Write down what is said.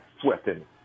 sweating